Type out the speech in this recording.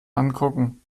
angucken